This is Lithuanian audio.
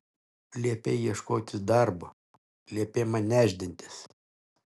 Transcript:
liepei ieškotis darbo liepei man nešdintis